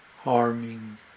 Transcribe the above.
harming